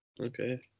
Okay